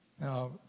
Now